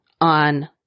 on